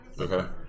Okay